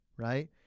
Right